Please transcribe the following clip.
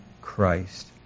Christ